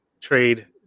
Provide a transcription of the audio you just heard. trade